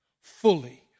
fully